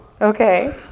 Okay